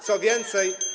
Co więcej.